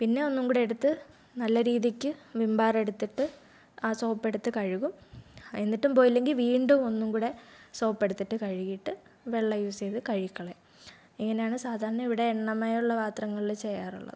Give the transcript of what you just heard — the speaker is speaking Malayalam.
പിന്നെ ഒന്നും കൂടി എടുത്ത് നല്ല രീതിക്ക് വിം ബാർ എടുത്തിട്ട് ആ സോപ്പ് എടുത്ത് കഴുകും എന്നിട്ടും പോയില്ലെങ്കിൽ വീണ്ടും ഒന്നും കൂടി സോപ്പ് എടുത്തിട്ട് കഴുകിയിട്ട് വെള്ളം യൂസ് ചെയ്ത് കഴുകി കളയും ഇങ്ങനെയാണ് സാധാരണ ഇവിടെ എണ്ണമയമുള്ള പത്രങ്ങളിൽ ചെയ്യാറുള്ളത്